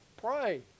pray